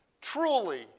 Truly